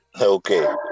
Okay